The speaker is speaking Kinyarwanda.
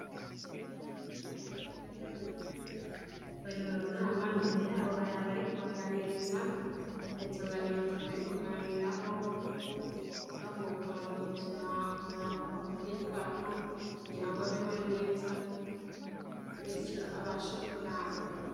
Bari hamwe, bari mu nama, mbere yabo hari abari kubaganiriza bafite insanganyamatsiko bari kuganiraho, bavuga ukuntu ubuzima umuntu agomba kubyitwaramo kugirango abeho neza, bityo abashe kuramba.